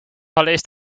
released